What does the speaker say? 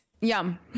yum